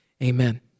Amen